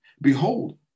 Behold